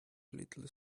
little